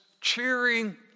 cheering